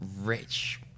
rich